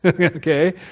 okay